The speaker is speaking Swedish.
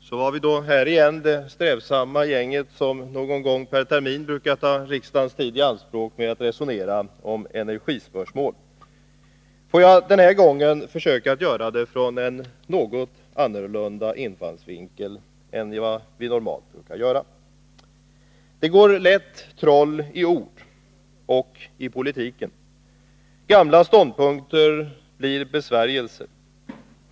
Så är vi då här igen, det strävsamma gäng som någon gång per termin brukar ta riksdagens tid i anspråk med att resonera om energispörsmål. Får jag den här gången försöka göra det med en något annorlunda infallsvinkel än vad vi normalt brukar ha. Det går lätt troll i ord — och i politik. Gamla ståndpunkter blir besvärjelser.